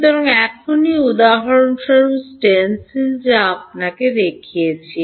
সুতরাং এখনই উদাহরণস্বরূপ স্টেনসিল যা আমি আপনাকে দেখিয়েছি